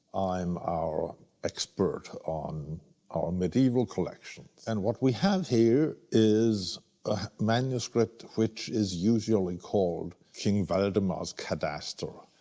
i'm our expert on our mediaeval collection. and what we have here is a manuscript, which is usually called king valdemar's cadaster.